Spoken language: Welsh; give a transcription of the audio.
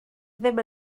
ddim